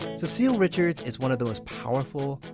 cecile richards is one of the most powerful,